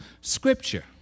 Scripture